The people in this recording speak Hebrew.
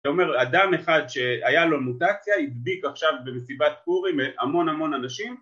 אתה אומר, אדם אחד שהיה לו מוטציה, הדביק עכשיו במסיבת פורים המון המון אנשים